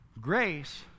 grace